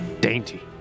dainty